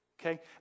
okay